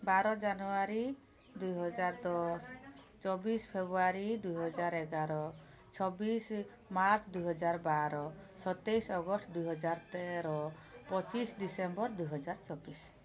ବାର ଜାନୁୟାରୀ ଦୁଇ ହଜାର ଦଶ ଚବିଶି ଫେବୃୟାରୀ ଦୁଇ ହଜାର ଏଗାର ଛବିଶ ମାର୍ଚ୍ଚ ଦୁଇ ହଜାର ବାର ସତେଇଶ ଅଗଷ୍ଟ ଦୁଇ ହଜାର ତେର ପଚିଶି ଡିସେମ୍ବର ଦୁଇ ହଜାର ଚବିଶି